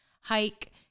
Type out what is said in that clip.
hike